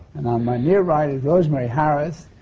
and on my near right is rosemary harris,